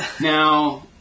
Now